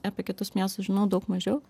apie kitus miestus žinau daug mažiau